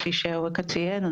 כפי שאווקה ציין,